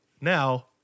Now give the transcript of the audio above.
Now